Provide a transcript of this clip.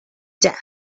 death